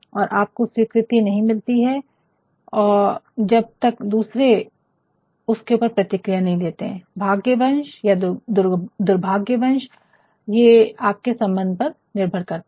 और आपको स्वीकृति नहीं मिलती है जब तक दूसरे उसके ऊपर प्रतिक्रिया नहीं देते है भाग्यवंश या दुर्भाग्यवश ये आपके सम्बन्ध पर निर्भर करता है